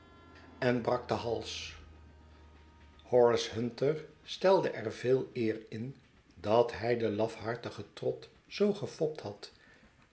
en brak mevrouw jozef porter den hals horace hunter stelde er veel eer in dat hij den lafhartigen trott zoo gefopt had